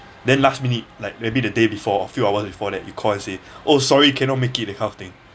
then last minute like maybe the day before or few hours before that you call and say oh sorry cannot make it that kind of thing